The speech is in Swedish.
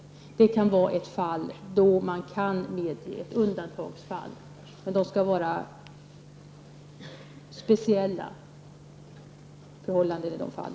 I det sammanhanget kan det bli fråga om ett undantagsfall. Det skall alltså röra sig om speciella fall.